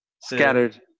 Scattered